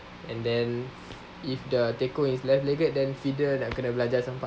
and then if the tekong is left legged then feeder nak kena belajar campak